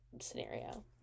scenario